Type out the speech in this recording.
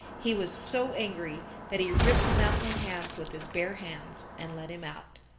he was so angry that he ripped the mountain in halves with his bare hands and let him out.